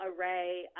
array